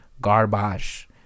Garbage